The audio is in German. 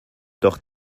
doch